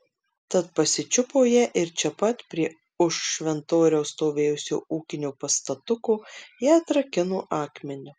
tad pasičiupo ją ir čia pat prie už šventoriaus stovėjusio ūkinio pastatuko ją atrakino akmeniu